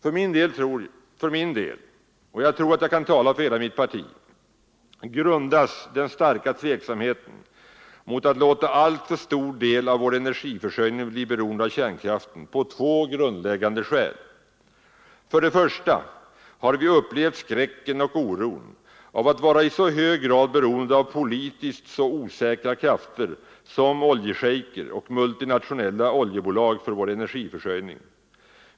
För min del — och jag tror att jag kan tala för hela mitt parti — vilar den starka tveksamheten mot att låta alltför stor del av vår energiförsörjning bli beroende av kärnkraften på två grundläggande skäl. För det första: Vi har upplevt skräcken och oron av att vara i hög grad beroende av politiskt så osäkra krafter som oljeschejker och multinationella oljebolag för vår energiförsörjning.